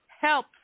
Help